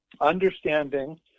understanding